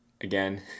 again